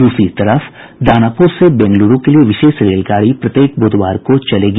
दूसरी तरफ दानापुर से बेंगलुरू के लिए विशेष रेलगाड़ी प्रत्येक बुधवार को चलेगी